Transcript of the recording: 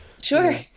Sure